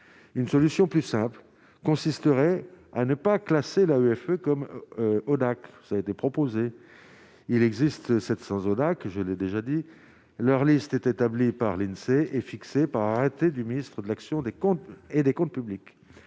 une solution plus simple consisterait à ne pas classer la EFE comme ODAX ça a été proposé, il existe 700 soldats que je l'ai déjà dit leur liste est établie par l'Insee est fixée par arrêté du ministre de l'action des comptes et des